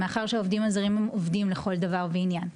מאחר שהעובדים הזרים הם עובדים לכל דבר ועניין.